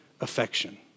affection